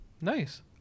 Nice